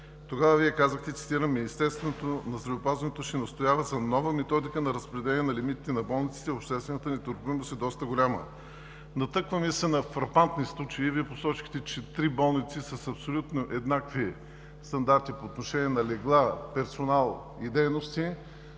Тогава Вие казахте: „Министерството на здравеопазването ще настоява за нова методика на разпределение на лимитите на болниците. Обществените нетърпимост е доста голяма.“ Натъкваме се на фрапантни случаи. Вие посочихте, че три болници са с абсолютно еднакви стандарти по отношение на легла, персонал и дейности,